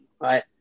right